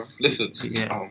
Listen